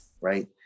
Right